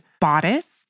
bodice